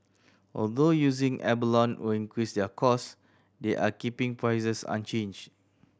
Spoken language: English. although using abalone will increase their cost they are keeping prices unchanged